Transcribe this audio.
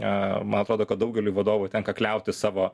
a man atrodo kad daugeliui vadovų tenka kliautis savo